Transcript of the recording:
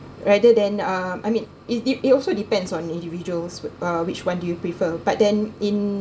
rather than uh I mean it it it also depends on individuals uh which one do you prefer but then in